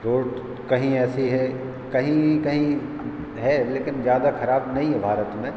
road कहीं ऐसी है कहीं कहीं है लेकिन ज़्यादा ख़राब नहीं है भारत में